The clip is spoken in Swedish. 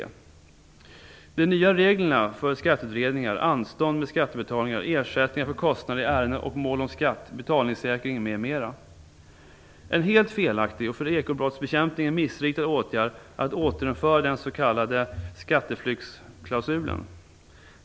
Det gäller de nya reglerna för skatteutredningar, anstånd med skattebetalningar, ersättningar för kostnader i ärenden och mål om skatt, betalningssäkring m.m. En helt felaktig och för ekobrottsbekämpningen missriktad åtgärd är att återinföra den tidigare s.k. skatteflyktsklausulen.